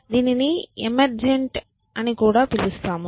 దీనిని ఎమర్జెంట్ అని కూడా పిలుస్తాము